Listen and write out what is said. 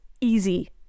easy